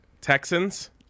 Texans